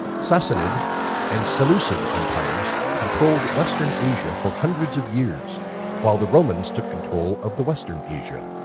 sassanid and seleucid empires controlled western asia for hundreds of years while the romans took control of the western asia.